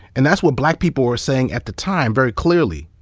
and that's what black people were saying at the time, very clearly.